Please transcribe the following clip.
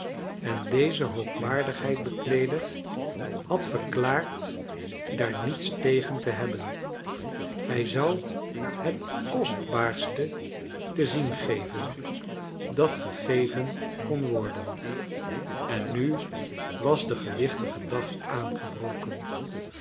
en deze hoogwaardigheidbekleeder had verklaard daar niets tegen te hebben hij zou het kostbaarste te zien geven dat gegeven kon worden en nu was de gewichtige dag aangebroken